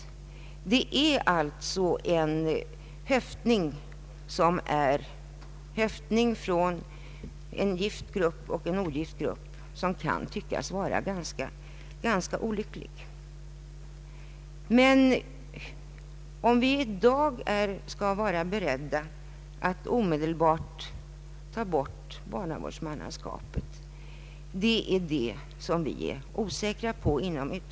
Det är alltså en ”höftning” beträffande en gift grupp och en ogift grupp som kan tyckas vara ganska olycklig. Men huruvida vi i dag skall vara beredda att omedelbart avskaffa barnavårdsmannaskapet är vi inom utskottet osäkra på.